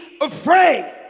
afraid